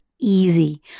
easy